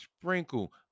sprinkle